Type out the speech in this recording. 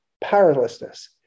powerlessness